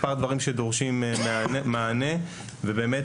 מספר דברים שדורשים מענה ובאמת